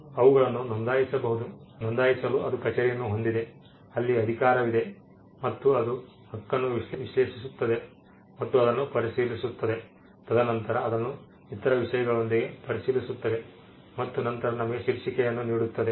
ಅವುಗಳನ್ನು ನೋಂದಾಯಿಸಬಹುದು ಅದು ಕಚೇರಿಯನ್ನು ಹೊಂದಿದೆ ಅಲ್ಲಿ ಅಧಿಕಾರವಿದೆ ಅದು ಹಕ್ಕನ್ನು ವಿಶ್ಲೇಷಿಸುತ್ತದೆ ಮತ್ತು ಅದನ್ನು ಪರಿಶೀಲಿಸುತ್ತದೆ ತದನಂತರ ಅದನ್ನು ಇತರ ವಿಷಯಗಳೊಂದಿಗೆ ಪರಿಶೀಲಿಸುತ್ತದೆ ಮತ್ತು ನಂತರ ನಿಮಗೆ ಶೀರ್ಷಿಕೆಯನ್ನು ನೀಡುತ್ತದೆ